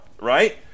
right